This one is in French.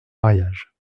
mariage